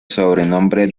sobrenombre